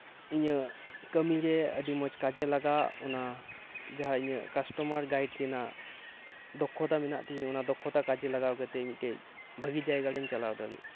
ᱤᱧᱟᱹᱜ ᱠᱟᱹᱢᱤᱨᱮ ᱟᱹᱰᱤ ᱢᱚᱸᱡᱽ ᱠᱟᱡᱮ ᱞᱟᱜᱟᱠ ᱚᱱᱟ ᱡᱟᱦᱟᱸ ᱤᱧᱟᱹᱜ ᱠᱟᱥᱴᱚᱢᱟᱨ ᱜᱟᱭᱤᱴ ᱨᱮᱱᱟᱜ ᱫᱚᱠᱷᱚᱛᱟ ᱢᱮᱱᱟᱜ ᱛᱤᱧᱟᱹ ᱚᱱᱟᱫᱚ ᱠᱟᱡᱮ ᱞᱟᱜᱟᱣ ᱠᱟᱛᱮᱫ ᱢᱤᱫᱴᱮᱱ ᱵᱷᱟᱹᱜᱤ ᱡᱟᱭᱜᱟᱨᱮᱧ ᱪᱟᱞᱟᱣ ᱫᱟᱲᱮᱭᱟᱜ